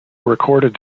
recorded